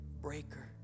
breaker